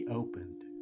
opened